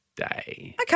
Okay